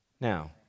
Now